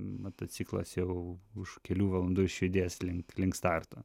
motociklas jau už kelių valandų išjudės link link starto